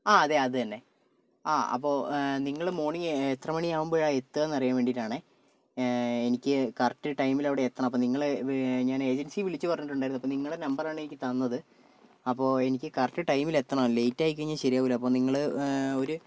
ആ അതെ അതുതന്നെ ആ അപ്പോൾ നിങ്ങൾ മോണിംഗ് എത്ര മണിയാകുമ്പോഴാണ് എത്തുക എന്നറിയാൻ വേണ്ടിയിട്ടാണേ എനിക്ക് കറക്റ്റ് ടൈമിൽ എനിക്ക് അവിടെ എത്തണം അപ്പോൾ ഞാൻ ഏജൻസിയിൽ വിളിച്ചു പറഞ്ഞിട്ടുണ്ടായിരുന്നു അപ്പോൾ നിങ്ങളുടെ നമ്പർ എനിക്ക് തന്നത് അപ്പോൾ എനിക്ക് കറക്റ്റ് ടൈമിൽ എത്തണം ലേയ്റ്റായി കഴിഞ്ഞാൽ ശരിയാവുകയില്ല അപ്പോൾ നിങ്ങൾ ഒരു